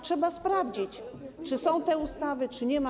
Trzeba sprawdzić, czy są te ustawy, czy ich nie ma.